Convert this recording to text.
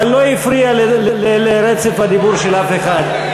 אבל לא הפריע לרצף הדיבור של אף אחד.